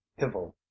hivel